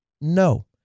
No